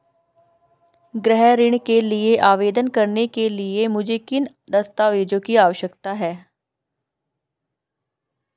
गृह ऋण के लिए आवेदन करने के लिए मुझे किन दस्तावेज़ों की आवश्यकता है?